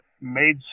made